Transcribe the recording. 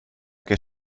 que